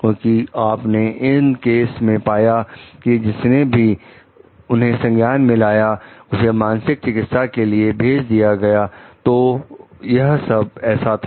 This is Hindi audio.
क्योंकि आपने इन केस में पाया कि जिसने भी उन्हें संज्ञान में लाया उसे मानसिक चिकित्सा के लिए भेज दिया गया तो यह सब ऐसा था